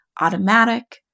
automatic